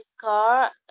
car